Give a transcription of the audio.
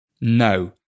no